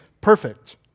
perfect